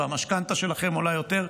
והמשכנתה שלכם עולה יותר,